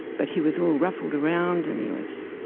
but he was all ruffled around and he was,